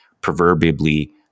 proverbially